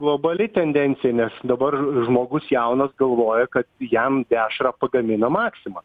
globali tendencija nes dabar žmogus jaunas galvoja kad jam dešrą pagamina maksima